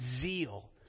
zeal